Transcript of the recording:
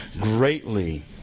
greatly